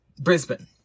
Brisbane